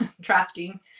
drafting